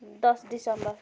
दस दिसम्बर